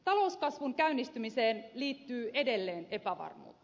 talouskasvun käynnistymiseen liittyy edelleen epävarmuutta